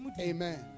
amen